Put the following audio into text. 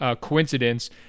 coincidence